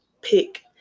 pick